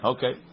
Okay